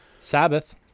Sabbath